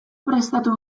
prestatu